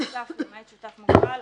שותף למעט שותף מוגבל,